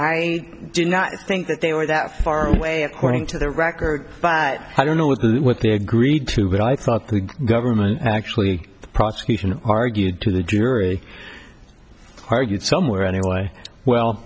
i do not think that they were that far away according to the record but i don't know what they agreed to but i thought the government actually the prosecution argued to the jury argued somewhere anyway well